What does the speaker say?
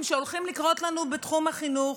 שהולכים לקרות לנו בתחום החינוך,